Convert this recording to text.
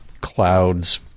clouds